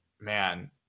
man